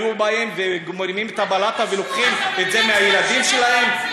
היו באים ומרימים את הבלטה ולוקחים את זה מהילדים שלו?